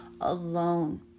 alone